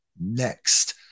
next